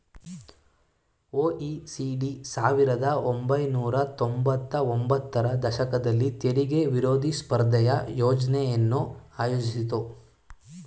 OECD ಸಾವಿರದ ಒಂಬೈನೂರ ತೊಂಬತ್ತ ಒಂಬತ್ತರ ದಶಕದಲ್ಲಿ ತೆರಿಗೆ ವಿರೋಧಿ ಸ್ಪರ್ಧೆಯ ಯೋಜ್ನೆಯನ್ನು ಆಯೋಜಿಸಿತ್ತು